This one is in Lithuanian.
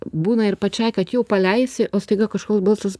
būna ir pačiai kad jau paleisi o staiga kažkoks balsas